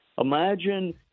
Imagine